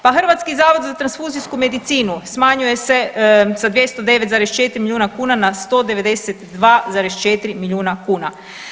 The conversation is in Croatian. Pa Hrvatski zavod za transfuzijsku medicinu smanjuje se sa 209,4 milijuna kuna na 192,4 milijuna kuna.